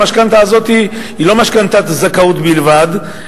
המשכנתה הזאת היא לא משכנתת זכאות בלבד,